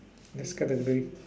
next category